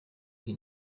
iyi